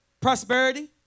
Prosperity